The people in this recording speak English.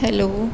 hello